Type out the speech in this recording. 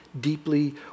deeply